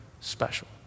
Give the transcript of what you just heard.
special